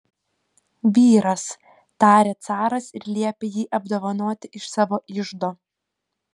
vyras tarė caras ir liepė jį apdovanoti iš savo iždo